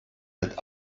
mit